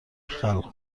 خلق